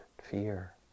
fear